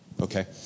okay